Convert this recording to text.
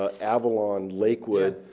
ah avalon, lakewood,